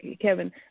Kevin